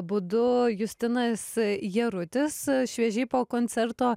būdu justinas jarutis šviežiai po koncerto